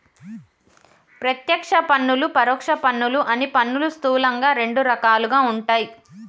ప్రత్యక్ష పన్నులు, పరోక్ష పన్నులు అని పన్నులు స్థూలంగా రెండు రకాలుగా ఉంటయ్